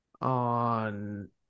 on